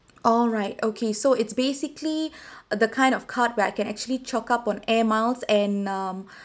alright okay so it's basically the kind of card where I can actually chalk up for air miles and um